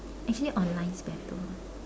actually online is better